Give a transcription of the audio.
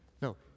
No